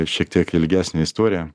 šiek tiek ilgesnę istoriją